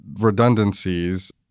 redundancies